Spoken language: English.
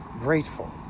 grateful